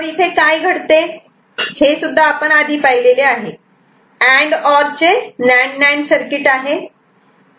तर इथे काय घडते हे आपण आधी पाहिलेले अँड ऑर चे नांड नांड सर्किट आहे